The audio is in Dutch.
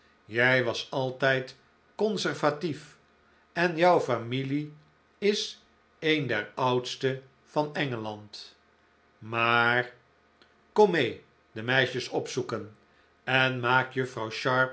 ij was altijd conservatief en jouw familie is een der oudste van engeland maar kom inee de meisjes opzoeken en maak